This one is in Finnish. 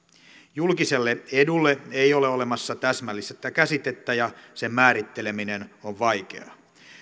julkiselle edulle ei ole olemassa täsmällistä käsitettä ja sen määritteleminen on vaikeaa